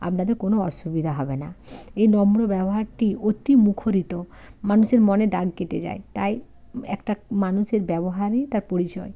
আপনাদের কোনো অসুবিধা হবে না এই নম্র ব্যবহারটি অতি মুখরিত মানুষের মনে দাগ কেটে যায় তাই একটা মানুষের ব্যবহারই তার পরিচয়